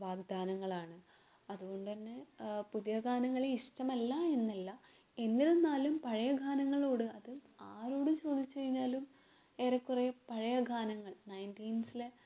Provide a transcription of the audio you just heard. വാഗ്ദാനങ്ങളാണ് അതുകൊണ്ട് തന്നെ പുതിയഗാനങ്ങൾ ഇഷ്ടമല്ല എന്നല്ല എന്നിരുന്നാലും പഴയ ഗാനങ്ങളോട് അത് ആരോട് ചോദിച്ച് കഴിഞ്ഞാലും ഏറെക്കുറെ പഴയഗാനങ്ങൾ നയൻറ്റീൻസിലെ